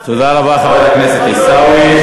תודה רבה, חבר הכנסת עיסאווי.